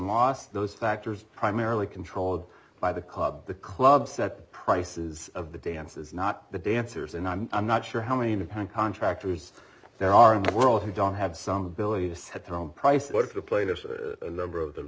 loss those factors primarily controlled by the club the club set prices of the dances not the dancers and i'm not sure how many independent contractors there are in the world who don't have some ability to set their own price or to play there's a number of them